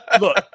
Look